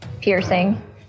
piercing